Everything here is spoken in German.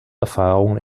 erfahrungen